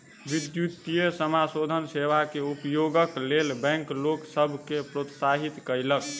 विद्युतीय समाशोधन सेवा के उपयोगक लेल बैंक लोक सभ के प्रोत्साहित कयलक